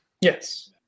Yes